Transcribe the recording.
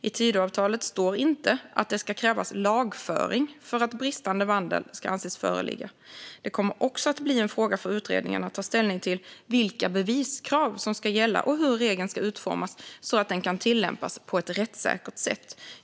I Tidöavtalet står inte att det ska krävas lagföring för att bristande vandel ska anses föreligga. Det kommer också att bli en fråga för utredningen att ta ställning till vilka beviskrav som ska gälla och hur regeln ska utformas så att den kan tillämpas på ett rättssäkert sätt.